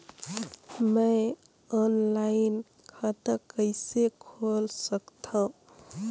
मैं ऑनलाइन खाता कइसे खोल सकथव?